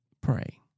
pray